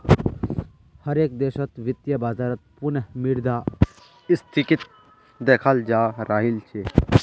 हर एक देशत वित्तीय बाजारत पुनः मुद्रा स्फीतीक देखाल जातअ राहिल छे